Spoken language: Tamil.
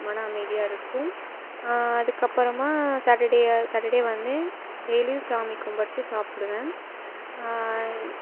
மன அமைதியாகஇருக்கும் அதுக்கப்புறமா சாட்டர்டே சாட்டர்டே வந்து டெய்லியும் சாமி கும்பிட்டு சாப்பிடுவேன்